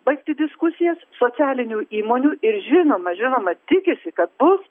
baigti diskusijas socialinių įmonių ir žinoma žinoma tikisi kad bus